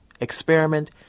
experiment